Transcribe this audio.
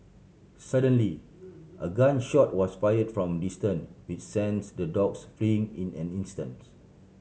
suddenly a gun shot was fired from a distance with sends the dogs fleeing in an instants